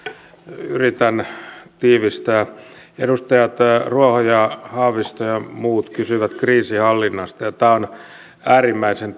yritän tiivistää edustajat ruoho ja haavisto ja muut kysyivät kriisinhallinnasta tämä on äärimmäisen